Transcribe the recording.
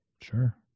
sure